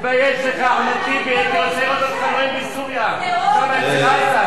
תתבייש לך, אחמד טיבי, בסוריה, שמה אצל אסד.